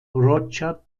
roger